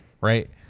right